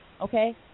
Okay